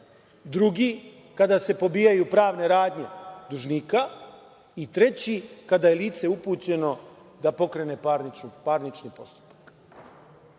drugi, kada se pobijaju pravne radnje dužnika i treći, kada je lice upućeno da pokrene parnični postupak.